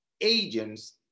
agents